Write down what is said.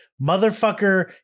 motherfucker